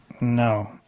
No